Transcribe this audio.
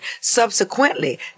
Subsequently